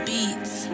Beats